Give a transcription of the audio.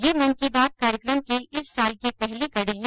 यह मन की बात कार्यक्रम की इस साल की पहली कड़ी है